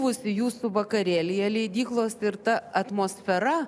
buvusi jūsų vakarėlyje leidyklos ir ta atmosfera